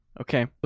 Okay